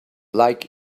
like